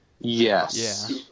Yes